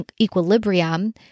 equilibrium